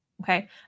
Okay